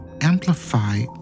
amplify